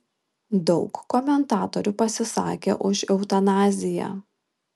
daug komentatorių pasisakė už eutanaziją